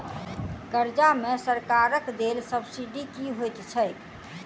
कर्जा मे सरकारक देल सब्सिडी की होइत छैक?